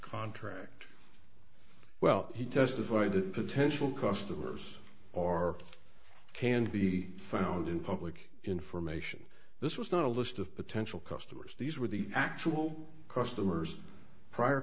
contract well he testified to potential customers or can be found in public information this was not a list of potential customers these were the actual customers prior